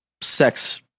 sex